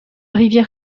rivière